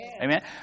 Amen